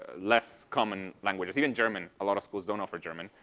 less common languages. even german. a lot of schools don't offer german.